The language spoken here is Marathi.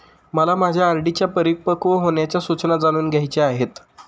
मला माझ्या आर.डी च्या परिपक्व होण्याच्या सूचना जाणून घ्यायच्या आहेत